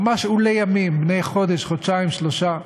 ממש עולי ימים, בני חודש, חודשיים, שלושה,